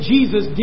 Jesus